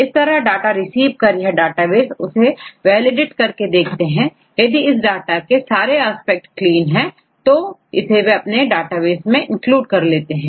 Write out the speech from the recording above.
इस तरह data receive कर यह डाटाबेस इसे वैलिडेट कर देखते हैं कि यदि इस डाटा की सारे एस्पेक्ट क्लीन है तो तो इसे वे अपने डेटाबेस में इंक्लूड कर लेते हैं